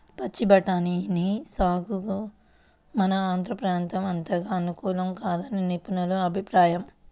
పచ్చి బఠానీ సాగుకు మన ఆంధ్ర ప్రాంతం అంతగా అనుకూలం కాదని నిపుణుల అభిప్రాయం